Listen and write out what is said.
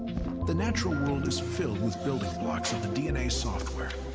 the natural world is filled with building blocks of the dna software,